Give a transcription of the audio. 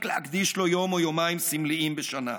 להקדיש לו יום או יומיים סמליים בשנה.